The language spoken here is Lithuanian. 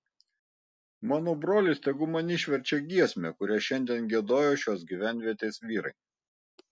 mano brolis tegu man išverčia giesmę kurią šiandien giedojo šios gyvenvietės vyrai